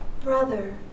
brother